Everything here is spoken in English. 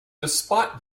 despite